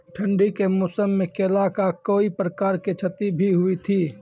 ठंडी के मौसम मे केला का कोई प्रकार के क्षति भी हुई थी?